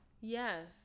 Yes